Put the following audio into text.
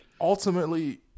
ultimately